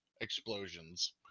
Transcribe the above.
explosions